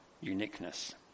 uniqueness